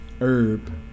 herb